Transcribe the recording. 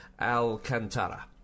Alcantara